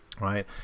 right